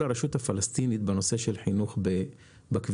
הרשות הפלסטינית בנושא של חינוך בכבישים.